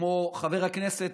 כמו חבר הכנסת,